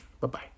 Bye-bye